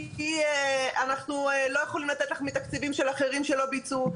כי אנחנו לא יכולים לתת לך מתקציבים של אחרים שלא ביצעו.